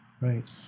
right